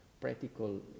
practical